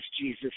Jesus